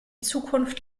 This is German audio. zukunft